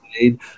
made